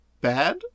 bad